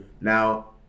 Now